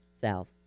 South